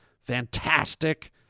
Fantastic